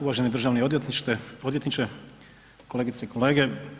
Uvaženi državni odvjetniče, kolegice i kolege.